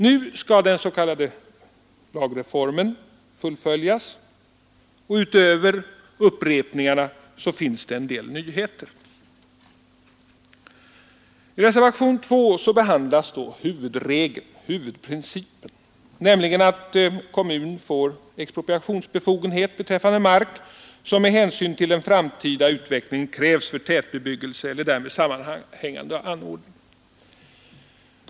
Nu skall den s.k. lagreformen fullföljas, och utöver upprepningarna finns det en del nyheter. expropriationsbefogenhet beträffande mark som med hänsyn till den framtida utvecklingen krävs för tätbebyggelse eller därmed sammanhängande anordning.